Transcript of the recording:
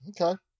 Okay